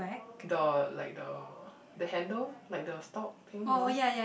the like the the handle like the stalk thing you know